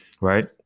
Right